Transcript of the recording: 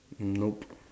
mm nope